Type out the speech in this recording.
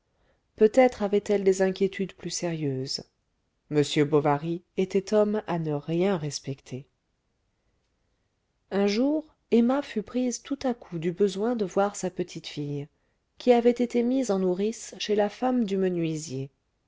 peut-être avait-elle des inquiétudes plus sérieuses m bovary était homme à ne rien respecter un jour emma fut prise tout à coup du besoin de voir sa petite fille qui avait été mise en nourrice chez la femme du menuisier